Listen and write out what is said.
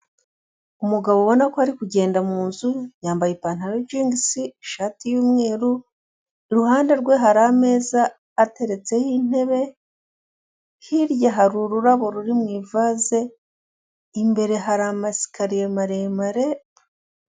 Umugabo ubona ko ari kugenda mu nzu yambaye ipantaro y'injingisi, ishati y'umweru, iruhande rwe hari ameza ateretseho intebe, hirya hari ururabo ruri mu ivaze, imbere hari amasikariye maremare.